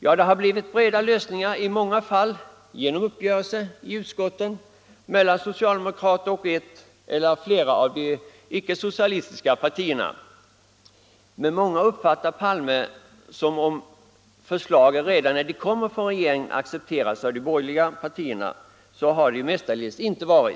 Ja, det har blivit breda lösningar i många fall genom uppgörelse i utskotten mellan socialdemokraterna och ett eller flera av de icke-socialistiska partierna. Men många uppfattar Palme som om han menar att förslagen redan när de kommer från regeringen accepteras av de borgerliga partierna. Så har det ju mestadels inte varit.